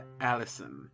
Allison